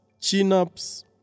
chin-ups